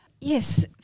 Yes